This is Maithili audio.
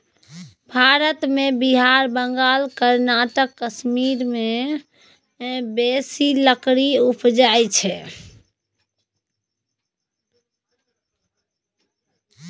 भारत मे बिहार, बंगाल, कर्नाटक, कश्मीर मे बेसी लकड़ी उपजइ छै